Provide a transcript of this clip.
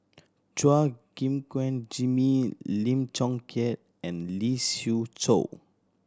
Chua Gim Guan Jimmy Lim Chong Keat and Lee Siew Choh